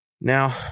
Now